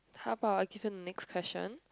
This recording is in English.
how about I give you the next question